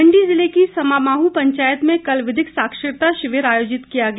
मंडी जिले की समामाह पंचायत में कल विधिक साक्षरता शिविर आयोजित किया गया